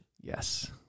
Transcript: Yes